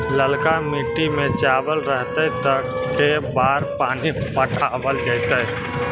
ललका मिट्टी में चावल रहतै त के बार पानी पटावल जेतै?